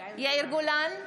יאיר גולן,